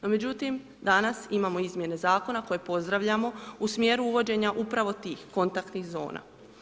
No, međutim, danas imamo izmjene zakona koje pozdravljamo u smjeru uvođenja upravo tih kontaktnih zona.